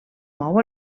mou